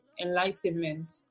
enlightenment